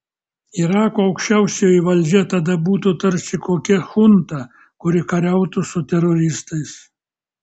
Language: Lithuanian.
irako aukščiausioji valdžia tada būtų tarsi kokia chunta kuri kariautų su teroristais